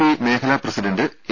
P മേഖലാ president A